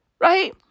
Right